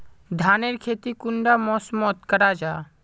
धानेर खेती कुंडा मौसम मोत करा जा?